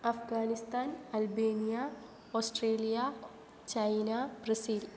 Afghanistan Albania Australia China Brazil